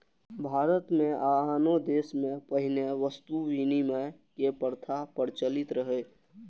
भारत मे आ आनो देश मे पहिने वस्तु विनिमय के प्रथा प्रचलित रहै